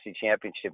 Championship